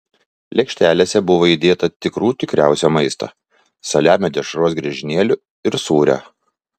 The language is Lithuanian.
lėkštelėse buvo įdėta tikrų tikriausio maisto saliamio dešros griežinėlių ir sūrio